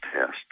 test